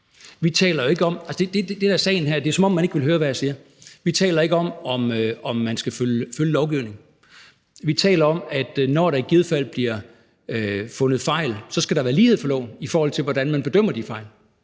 i Folketinget. Altså, det, der er sagen her – og det er jo, som om man ikke vil høre, hvad jeg siger – er, at vi ikke taler om, om man skal følge lovgivningen. Vi taler om, at når der i givet fald bliver fundet fejl, skal der være lighed for loven, i forhold til hvordan man bedømmer de fejl.